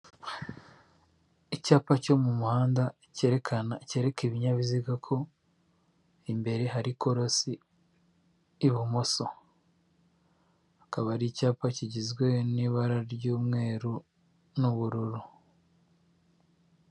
Icyapa cyo mu muhanda cyereka ibinyabiziga ko imbere hari ikorosi ibumoso akaba ari icyapa kigizwe n'ibara ry'umweru n'ubururu .